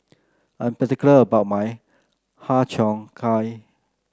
I'm particular about my Har Cheong Gai